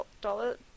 dollar